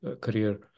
career